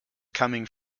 coming